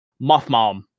Mothmom